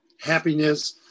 happiness